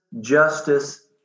justice